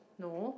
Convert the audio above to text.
no